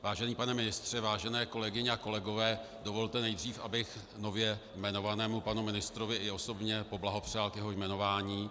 Vážený pane ministře, vážené kolegyně a kolegové, dovolte nejdřív, abych nově jmenovanému panu ministrovi i osobně poblahopřál k jeho jmenování.